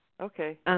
Okay